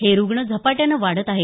हे रुग्ण झपाट्यानं वाढत आहेत